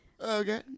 Okay